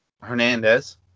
Hernandez